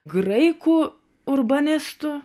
graikų urbanistu